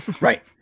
Right